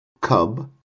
CUB